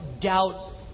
doubt